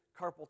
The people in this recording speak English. carpal